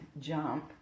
jump